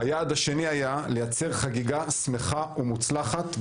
היעד השני היה לייצר חגיגה שמחה ומוצלחת.